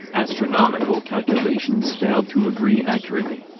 astronomical calculations failed to agree accurately,